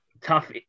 tough